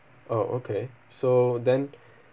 oh okay so then